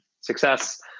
success